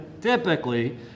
typically